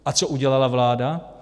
A co udělala vláda?